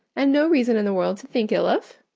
and no reason in the world to think ill of?